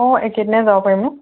অঁ এই কেইদিনতে যাব পাৰিম ন